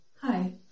Hi